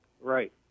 Right